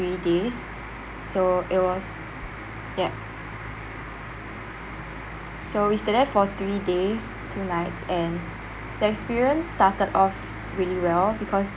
three days so it was ya so we stayed there for three days two nights and the experience started off really well because